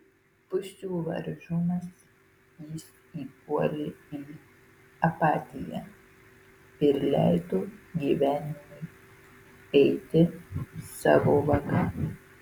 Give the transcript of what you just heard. pusių varžomas jis įpuolė į apatiją ir leido gyvenimui eiti savo vaga